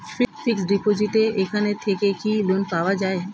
Fix ডিপোজিটের এখান থেকে কি লোন পাওয়া যায়?